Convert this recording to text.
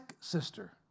sister